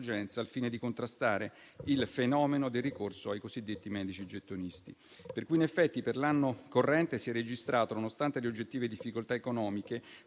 al fine di contrastare il fenomeno del ricorso ai cosiddetti medicini gettonisti. In effetti per l'anno corrente si è registrato, nonostante le oggettive difficoltà economiche,